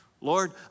Lord